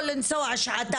או לנסוע שעתיים לעבודה.